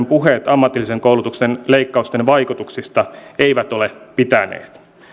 puheet ammatillisen koulutuksen leikkausten vaikutuksista eivät ole pitäneet